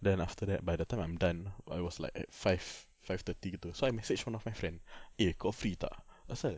then after that by the time I'm done it was like at five five thirty gitu so I messaged one of my friend eh kau free tak apasal